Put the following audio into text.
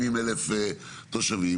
70,000 תושבים,